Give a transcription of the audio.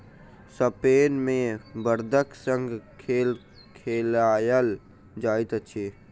Spain मे बड़दक संग खेल खेलायल जाइत अछि